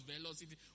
velocity